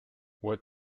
what